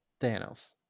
Thanos